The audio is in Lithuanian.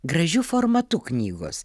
gražiu formatu knygos